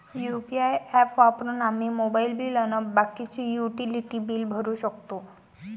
UPI app वापरून आम्ही mobile bill अन बाकीचे युटिलिटी बिल भरू शकतो